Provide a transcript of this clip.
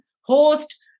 host